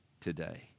today